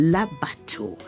Labato